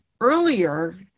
earlier